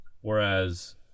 whereas